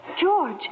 George